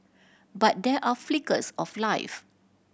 but there are flickers of life